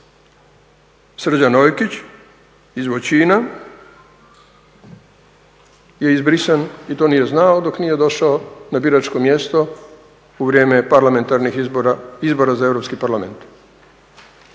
Srđan Ojkić iz Voćina je izbrisan i to nije znao dok nije došao na biračko mjesto u vrijeme parlamentarnih izbora, izbora za Europski parlament.